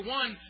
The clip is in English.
one